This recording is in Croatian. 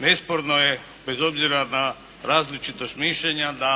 Nesporno je bez obzira na različitost mišljenja da